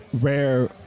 rare